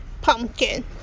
pumpkin